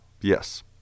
Yes